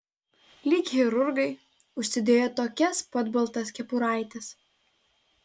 lyg chirurgai užsidėjo tokias pat baltas kepuraites